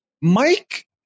Mike